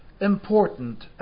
important